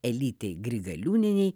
elytei grigaliūnienei